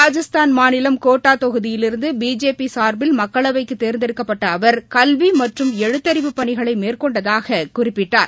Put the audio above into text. ராஜஸ்தான் மாநிலம் கோட்டா தொகுதியிலிருந்து பிஜேபி சார்பில் மக்களவைக்கு தேர்ந்தெடுக்கப்பட்ட அவர் கல்வி மற்றும் எழுத்தறிவு பணிகளை மேற்கொண்டதாகக் குறிப்பிட்டார்